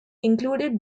included